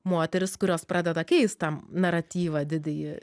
moterys kurios pradeda keist tą naratyvą didįjį